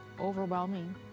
overwhelming